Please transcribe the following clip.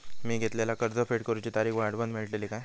मी घेतलाला कर्ज फेड करूची तारिक वाढवन मेलतली काय?